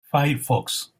firefox